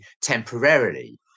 temporarily